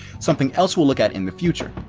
something else we'll look at in the future.